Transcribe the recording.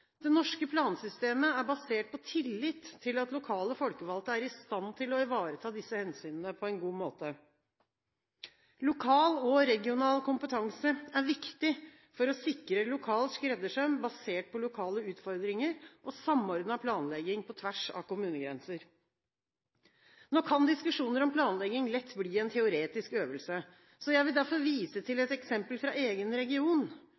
Det norske plansystemet er basert på tillit til at lokale folkevalgte er i stand til å ivareta disse hensynene på en god måte. Lokal og regional kompetanse er viktig for å sikre lokal skreddersøm, basert på lokale utfordringer, og samordnet planlegging på tvers av kommunegrenser. Nå kan diskusjoner om planlegging lett bli en teoretisk øvelse. Jeg vil derfor vise til et eksempel fra egen region.